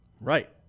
right